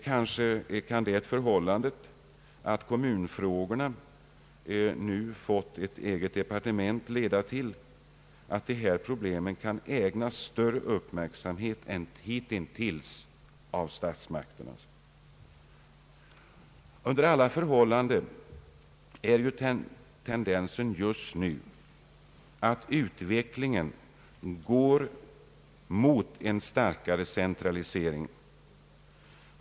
Kanske kan det förhållandet att kommunfrågorna nu har fått ett eget departement leda till att de här problemen ägnas större uppmärksamhet än hittills från statsmakternas sida. Under alla förhållanden är ju tendensen just nu, att utvecklingen går mot en starkare centralisering.